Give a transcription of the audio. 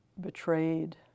betrayed